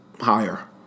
higher